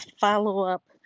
follow-up